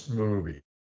movie